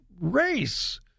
race